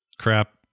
crap